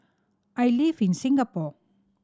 I live in Singapore